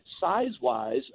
size-wise